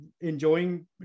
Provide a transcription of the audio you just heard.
enjoying